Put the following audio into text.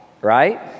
right